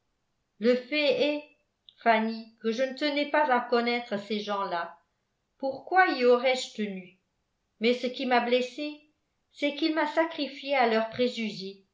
le fait est fanny que je ne tenais pas à connaître ces gens-là pourquoi y aurais-je tenu mais ce qui m'a blessée c'est qu'il m'a sacrifiée à leurs préjugés